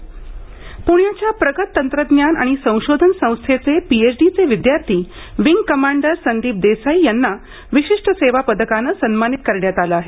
प्ण्याच्या प्रगत तंत्रज्ञान आणि संशोधन संस्थेचे पीएचडीचे विद्यार्थी विंग कमांडर संदीप देसाई यांना विशिष्ट सेवा पदकानं सन्मानित करण्यात आलं आहे